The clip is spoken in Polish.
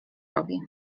robi